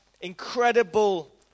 incredible